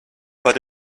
but